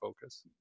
focus